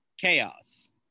chaos